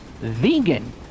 vegan